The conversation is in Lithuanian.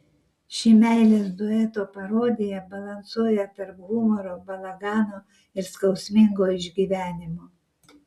ši meilės dueto parodija balansuoja tarp humoro balagano ir skausmingo išgyvenimo